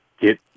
get